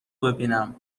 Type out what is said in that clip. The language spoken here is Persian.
ببینم